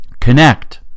connect